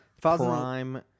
Prime